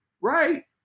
right